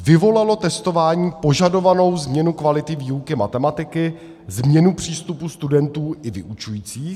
Vyvolalo testování požadovanou změnu kvality výuky matematiky, změnu přístupu studentů i vyučujících?